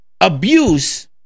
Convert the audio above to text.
abuse